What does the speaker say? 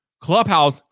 Clubhouse